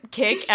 kick